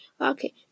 Okay